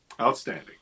Outstanding